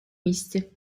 місті